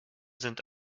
sind